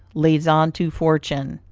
leads on to fortune.